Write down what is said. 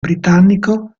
britannico